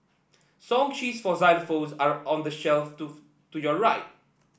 song sheets for xylophones are on the shelf to to your right